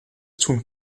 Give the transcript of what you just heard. tun